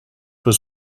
was